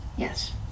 Yes